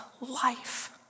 life